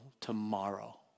tomorrow